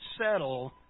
settle